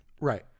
Right